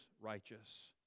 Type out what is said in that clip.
righteous